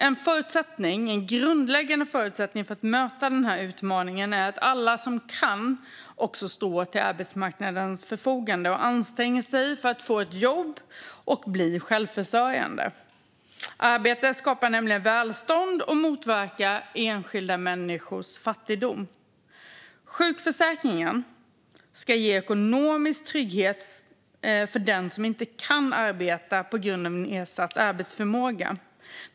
En grundläggande förutsättning för att möta denna utmaning är att alla som kan stå till arbetsmarknadens förfogande också gör det och anstränger sig för att få ett jobb och bli självförsörjande. Arbete skapar nämligen välstånd och motverkar enskilda människors fattigdom. Sjukförsäkringen ska ge ekonomisk trygghet för den som inte kan arbeta på grund av nedsatt arbetsförmåga.